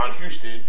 Houston